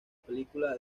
película